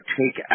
take